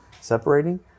separating